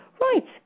Right